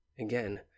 again